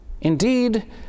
Indeed